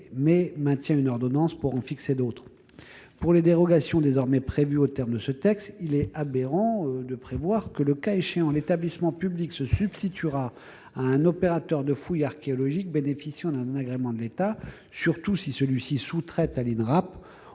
mais procède par ordonnance pour en fixer d'autres. Concernant les dérogations désormais prévues aux termes de ce texte, il est aberrant de prévoir que, le cas échéant, l'établissement public se substituera à un opérateur de fouilles archéologiques bénéficiant d'un agrément de l'État, surtout si celui-ci sous-traite à l'Inrap,